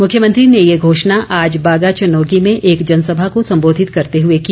मुख्यमंत्री ने ये घोषणा आज बागाचनोगी में एक जनसभा को संबोधित करते हुए की